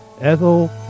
Ethel